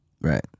Right